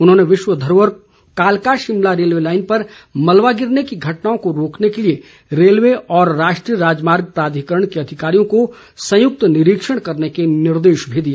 उन्होंने विश्व धरोहर कालका शिमला रेलवे लाइन पर मलवा गिरने की घटनाओं को रोकने के लिए रेलवे और राष्ट्रीय राजमार्ग प्राधिकरण के अधिकारियों को संयुक्त निरीक्षण करने के निर्देश भी दिए